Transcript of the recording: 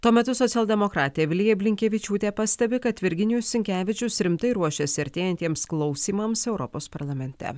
tuo metu socialdemokratė vilija blinkevičiūtė pastebi kad virginijus sinkevičius rimtai ruošiasi artėjantiems klausymams europos parlamente